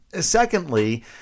secondly